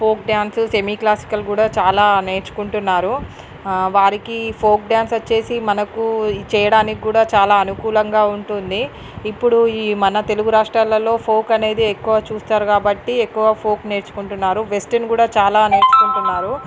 folk dance semiclassical కూడా చాలా నేర్చుకుంటున్నారు వారికి ఫోక్ డ్యాన్స్ వచ్చేసి మనకు చేయడానికి కూడా చాలా అనుకూలంగా ఉంటుంది ఇప్పుడు ఈ మన తెలుగు రాష్ట్రాలలో ఫోక్ అనేది ఎక్కువ చూస్తారు కాబట్టి ఎక్కువ ఫోక్ నేర్చుకుంటున్నారు వెస్ట్రన్ కూడా చాలా నేర్చుకుంటున్నారు